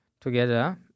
together